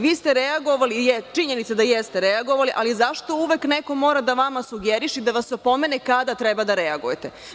Vi ste reagovali, činjenica je da jeste reagovali, ali zašto uvek neko mora da vama sugeriše i da vas opomene kada treba da reagujete?